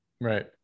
Right